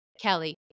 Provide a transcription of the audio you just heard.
Kelly